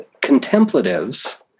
contemplatives